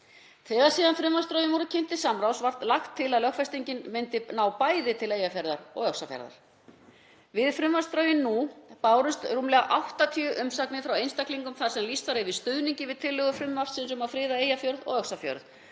Þegar síðan frumvarpsdrögin voru kynnt til samráðs var lagt til að lögfestingin myndi einnig ná til Eyjafjarðar og Öxarfjarðar. Við frumvarpsdrögin nú bárust rúmlega 80 umsagnir frá einstaklingum þar sem lýst var yfir stuðningi við tillögu frumvarpsins um að friða Eyjafjörð og Öxarfjörð.